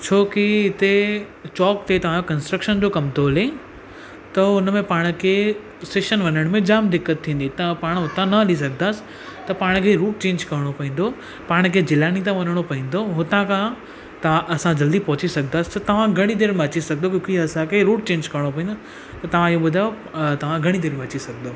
छोकी हिते चौक ते तव्हां कंस्ट्रक्शन जो कमु थो हले त हुन में पाण खे स्टेशन वञण में जाम दिक़त थींदी तव्हां पाणि हुतां न हली सघंदासीं त पाण खे रूट चेंज करिणो पवंदो पाण खे जिलानी त वञिणो पवंदो हुतां खां तव्हां असां जल्दी पहुची सघंदासीं त तव्हां घणी देरि में अची सघंदव क्यूं की असांखे रूट चेंज करिणो पवंदो त तव्हां इहो ॿुधायो तव्हां घणी देरि में अची सघंदव